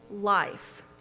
life